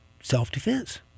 self-defense